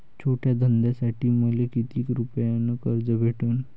छोट्या धंद्यासाठी मले कितीक रुपयानं कर्ज भेटन?